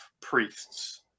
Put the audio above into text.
priests